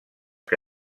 que